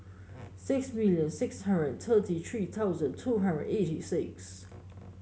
six million six hundred and thirty three thousand two hundred eighty six